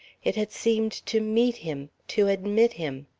it had seemed to meet him, to admit him.